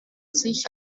sich